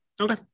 Okay